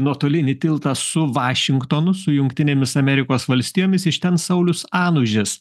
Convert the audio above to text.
nuotolinį tiltą su vašingtonu su jungtinėmis amerikos valstijomis iš ten saulius anužis